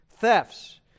Thefts